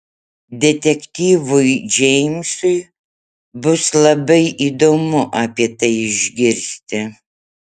detektyvui džeimsui bus labai įdomu apie tai išgirsti